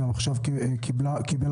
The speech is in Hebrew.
המשרד קיבל